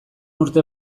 urte